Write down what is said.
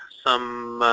some